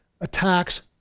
attacks